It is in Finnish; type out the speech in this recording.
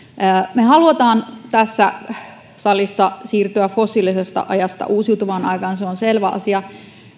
me haluamme tässä salissa siirtyä fossiilisesta ajasta uusiutuvaan aikaan se on selvä asia